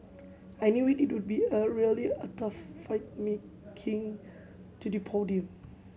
I knew it would be a really a tough fight making to the podium